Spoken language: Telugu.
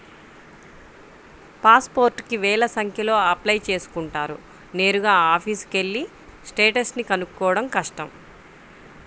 పాస్ పోర్టుకి వేల సంఖ్యలో అప్లై చేసుకుంటారు నేరుగా ఆఫీసుకెళ్ళి స్టేటస్ ని కనుక్కోడం కష్టం